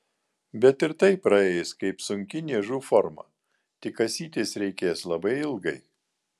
bet ir tai praeis kaip sunki niežų forma tik kasytis reikės labai ilgai